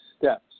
steps